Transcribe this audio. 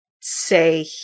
say